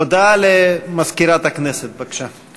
הודעה למזכירת הכנסת, בבקשה.